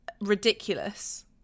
ridiculous